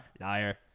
Liar